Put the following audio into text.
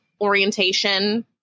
orientation